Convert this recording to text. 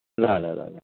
ल ल ल ल